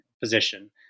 position